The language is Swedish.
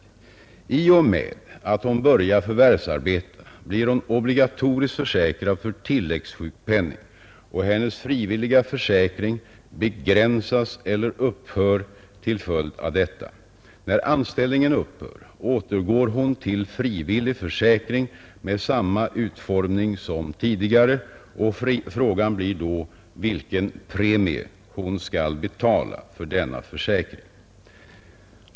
I och med att hon börjar förvärvsarbeta blir hon obligatoriskt försäkrad för tilläggssjukpenning och hennes frivilliga försäkring begränsas eller upphör till följd av detta. När utformning som tidigare, och frågan blir då vilken premie hon skall betala för denna försäkring.